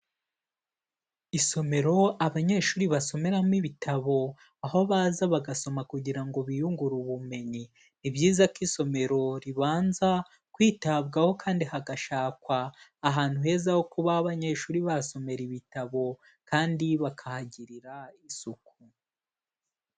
Isomero abanyeshuri basomeramo ibitabo, aho baza bagasoma kugira ngo biyungure ubumenyi. Ni byiza ko isomero ribanza, kwitabwaho kandi hagashakwa, ahantu heza ho kuba abanyeshuri basomera ibitabo, kandi bakahagirira isuku.